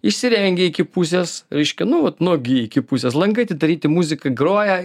išsirengę iki pusės reiškia nu vat nuogi iki pusės langai atidaryti muzika groja